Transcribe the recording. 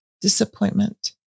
disappointment